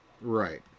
Right